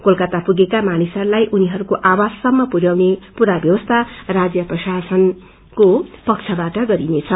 कोलकाता पुगेका मानिसहरूलाई उनीहरूको आवाससम्म पुर्याउने पूरा ब्यवस्था राजय प्रशासनको पक्षबाट गरिनेछ